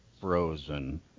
frozen